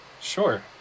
Sure